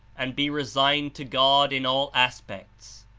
and be resigned to god in all aspects.